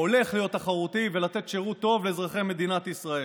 או הולך להיות תחרותי ולתת שירות טוב לאזרחי מדינת ישראל.